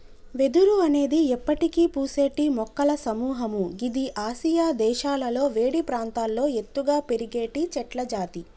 వెదురు అనేది ఎప్పటికి పూసేటి మొక్కల సముహము గిది ఆసియా దేశాలలో వేడి ప్రాంతాల్లో ఎత్తుగా పెరిగేటి చెట్లజాతి